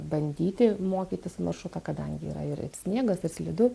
bandyti mokytis maršruto kadangi yra ir sniegas ir slidu